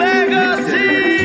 Legacy